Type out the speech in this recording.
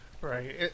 Right